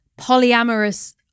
polyamorous